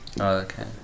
okay